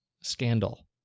scandal